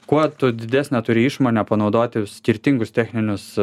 kuo tu didesnę turi išmonę panaudoti skirtingus techninius